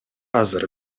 азыр